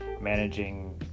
managing